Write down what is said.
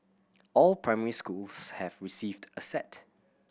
all primary schools have received a set